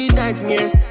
nightmares